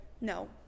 No